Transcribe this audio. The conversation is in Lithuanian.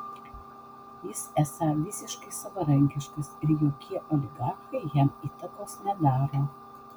jis esą visiškai savarankiškas ir jokie oligarchai jam įtakos nedaro